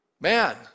Man